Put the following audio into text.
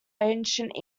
ancient